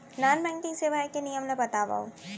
Non banking सेवाएं के नियम ला बतावव?